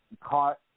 caught